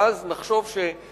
ואז נחשוב שאיכשהו,